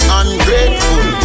ungrateful